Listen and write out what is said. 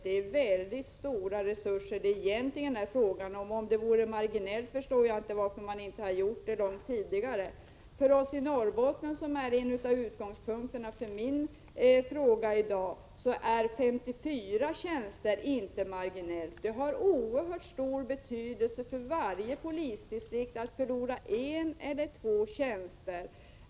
Det är egentligen fråga om väldigt stora resurser. Om det vore marginellt, förstår jag inte varför man inte gjort det långt tidigare. För oss i Norrbotten, som är en av utgångspunkterna för min fråga i dag, är 54 tjänster inte någonting marginellt. Det har oerhört stor betydelse för varje polisdistrikt om man förlorar en eller två tjänster.